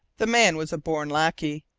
the man was a born lackey,